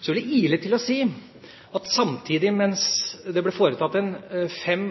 Så vil jeg ile til og si at samtidig som det ble foretatt fem